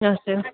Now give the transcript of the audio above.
اَچھا